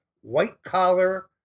white-collar